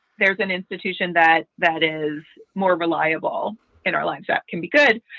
there's an institution that that is more reliable in our lives that can be good.